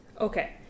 Okay